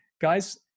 Guys